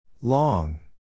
Long